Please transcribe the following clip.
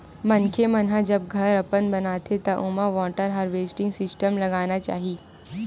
मनखे मन ह जब घर अपन बनाथे त ओमा वाटर हारवेस्टिंग सिस्टम लगाना चाही